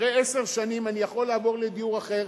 ואחרי עשר שנים אני יכול לעבור לדיור אחר,